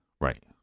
Right